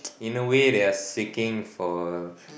in a way they are seeking for